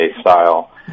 style